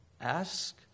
Ask